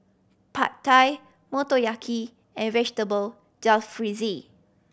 Pad Thai Motoyaki and Vegetable Jalfrezi